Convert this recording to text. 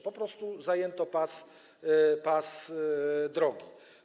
Po prostu zajęto pas drogi.